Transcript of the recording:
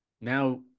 Now